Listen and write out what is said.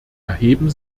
erheben